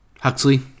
Huxley